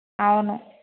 అవును